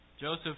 Joseph